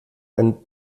ein